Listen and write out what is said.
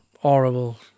Horrible